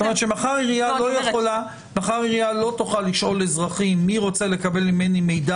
כלומר מחר עירייה לא תוכל לשאול אזרחים מי רוצה לקבל ממני מידע